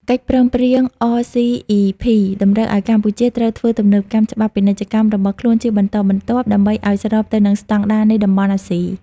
កិច្ចព្រមព្រៀង RCEP តម្រូវឱ្យកម្ពុជាត្រូវធ្វើទំនើបកម្មច្បាប់ពាណិជ្ជកម្មរបស់ខ្លួនជាបន្តបន្ទាប់ ដើម្បីឱ្យស្របទៅនឹងស្ដង់ដារនៃតំបន់អាស៊ី។